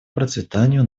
процветанию